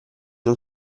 non